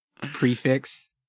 prefix